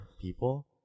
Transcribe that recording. people